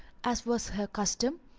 as was her custom,